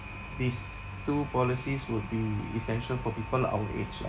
these two policies would be essential for people our age lah